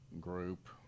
group